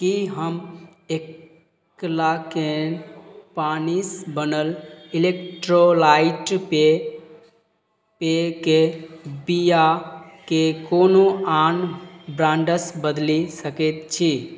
की हम एकलाकेन पानिस बनल इलेक्ट्रोलाइट पेय पेय केँ बिआ के कोनो आन ब्रान्डस बदलि सकैत छी